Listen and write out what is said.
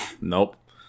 Nope